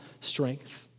strength